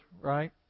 right